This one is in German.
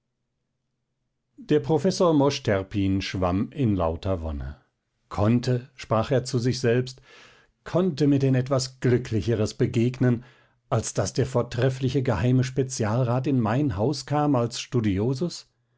der professor mosch terpin schwamm in lauter wonne konnte sprach er zu sich selbst konnte mir denn etwas glücklicheres begegnen als daß der vortreffliche geheime spezialrat in mein haus kam als studiosus